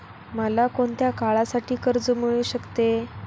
मला कोणत्या काळासाठी कर्ज मिळू शकते?